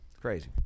Crazy